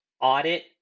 audit